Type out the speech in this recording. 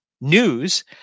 News